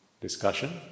discussion